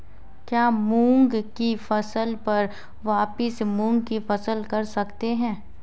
क्या मूंग की फसल पर वापिस मूंग की फसल कर सकते हैं?